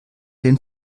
den